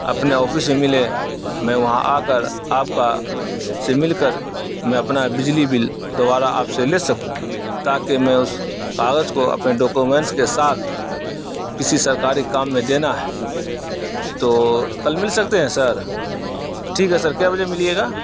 اپنے آفس میں ملیں میں وہاں آ کر آپ کا سے مل کر میں اپنا بجلی بل دوبارہ آپ سے لے سکوں تاکہ میں اس کاغذ کو اپنے ڈاکومنس کے ساتھ کسی سرکاری کام میں دینا ہے تو کل مل سکتے ہیں سر ٹھیک ہے سر کے بجے ملیے گا